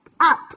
up